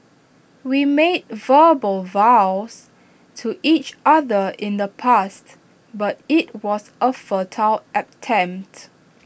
we made verbal vows to each other in the past but IT was A futile attempt